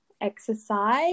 exercise